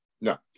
No